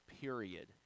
period